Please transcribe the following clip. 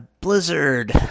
Blizzard